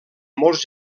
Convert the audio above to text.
molts